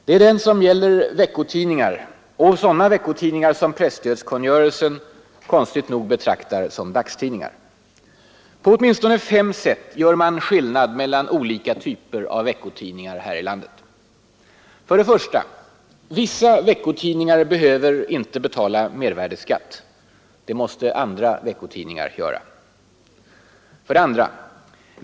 Det är den som gäller veckotidningar, dvs. bl.a. sådana veckotidningar som presstödskungörelsen konstigt nog betraktar som dagstidningar. På åtminstonne fem sätt gör man skillnad mellan olika typer av veckotidningar här i landet. 1. Vissa veckotidningar behöver inte betala mervärdeskatt. Det måste andra veckotidningar göra. 2.